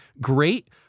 great